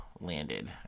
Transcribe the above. landed